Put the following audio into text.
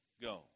go